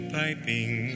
piping